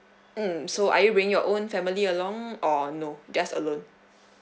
mm so are you bring your own family along or no just alone